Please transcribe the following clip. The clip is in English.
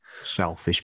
Selfish